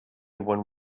one